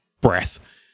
breath